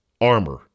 armor